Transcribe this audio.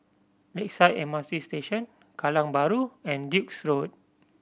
Lakeside M R T Station Kallang Bahru and Duke's Road